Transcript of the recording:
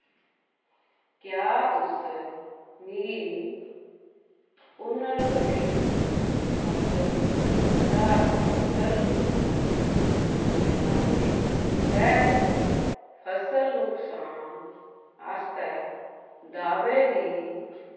क्या तुस मिगी पुणर्गठत मौसम आधारत फसल बीमा योजना दे तैह्त फसल नुकसान आस्तै दावे दी